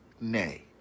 nay